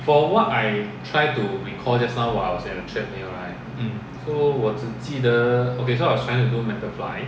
mm